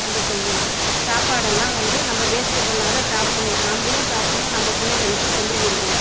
நம்ம செய்யலாம் சாப்பாடெல்லாம் வந்து நம்ம வேஸ்ட் பண்ணாத சாப்பிட்ணும் நம்மளும் சாப்பிட்ணும் நம்ம பிள்ளைங்களுக்கும் சொல்லிக் கொடுக்கணும்